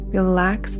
Relax